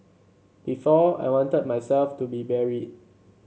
before I wanted myself to be buried